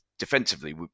defensively